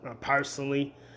personally